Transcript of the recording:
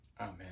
Amen